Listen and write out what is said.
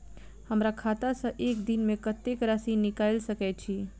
हमरा खाता सऽ एक दिन मे कतेक राशि निकाइल सकै छी